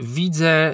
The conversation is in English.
widzę